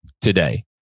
today